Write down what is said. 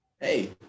hey